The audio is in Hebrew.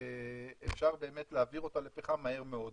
ואפשר להעביר אותה לפחם מהר מאוד,